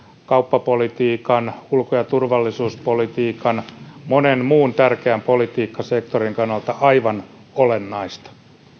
kauppapolitiikan ulko ja turvallisuuspolitiikan ja monen muun tärkeän politiikkasektorin kannalta aivan olennaista